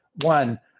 one